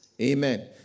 Amen